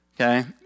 Okay